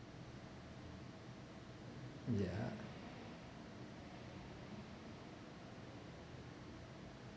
ya